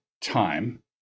time